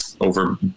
over